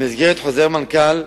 במסגרת חוזר מנכ"ל,